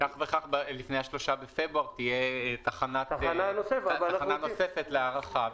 כך או כך לפני ה-3 בפברואר תהיה תחנה נוספת להארכה,